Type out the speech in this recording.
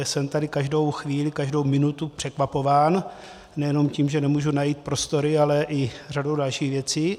Jsem tady každou chvíli, každou minutu překvapován, nejenom tím, že nemůžu najít prostory, ale i řadou dalších věcí.